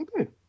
Okay